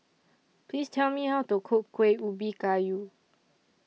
Please Tell Me How to Cook Kuih Ubi Kayu